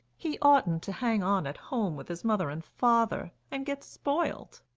he oughtn't to hang on at home with his mother and father, and get spoilt.